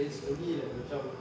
then slowly like macam